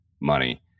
money